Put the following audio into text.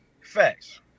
Facts